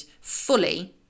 fully